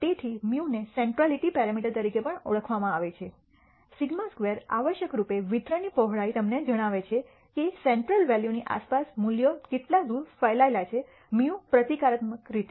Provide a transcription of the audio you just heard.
તેથી μ ને centrality parameter તરીકે પણ ઓળખવામાં આવે છે σ2 આવશ્યકરૂપે વિતરણની પહોળાઈ તમને જણાવે છે કે સેન્ટ્રલ વૅલ્યુ ની આસપાસ મૂલ્યો કેટલા દૂર ફેલાયેલા છે μ પ્રતીકાત્મક રીતે